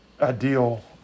ideal